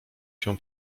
się